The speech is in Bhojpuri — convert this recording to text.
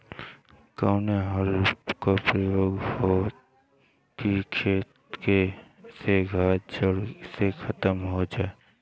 कवने हल क प्रयोग हो कि खेत से घास जड़ से खतम हो जाए?